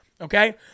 Okay